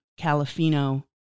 Calafino